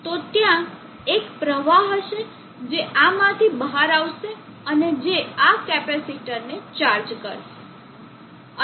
તો ત્યાં એક પ્રવાહ હશે જે આમાંથી બહાર આવશે અને જે આ કેપેસિટરને ચાર્જ કરશે